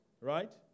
right